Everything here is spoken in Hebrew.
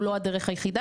הוא לא הדרך היחידה,